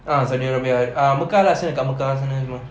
ah saudi arabia ah mecca rasanya kat mecca sana semua